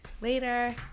Later